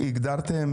הגדרתם